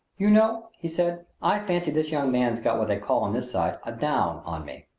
you know, he said, i fancy this young man's got what they call on this side a down on me!